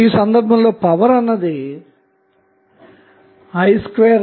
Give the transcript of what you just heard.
ఈ సందర్భంలో పవర్ అన్నది i2R అవుతుంది